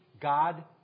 God